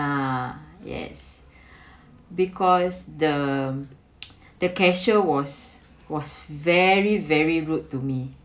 ah yes because the the cashier was was very very rude to me